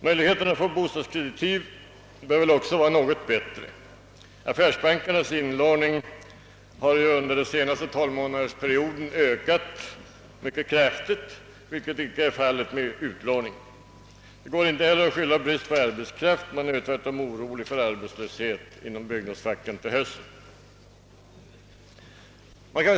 Möjligheterna att få bostadskreditiv bör nu vara något bättre; affärsbankernas inlåning har under den senaste tolvmånadersperioden ökat mycket kraftigt, vilket inte är fallet med utlåningen. Det går inte heller att skylla på brist på ar betskraft — man är tvärtom orolig för arbetslöshet inom byggnadsfacken till hösten.